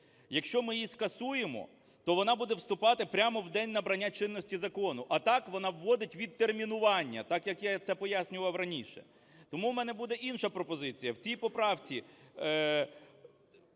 Якщо ми її скасуємо, то вона буде вступати прямо в день набрання чинності закону. А так вона вводить відтермінування, так, як я це пояснював раніше. Тому в мене буде інша пропозиція. В цій поправці